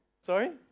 Sorry